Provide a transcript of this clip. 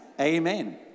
Amen